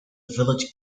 village